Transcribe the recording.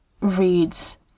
reads